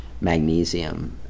magnesium